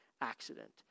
accident